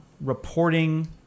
reporting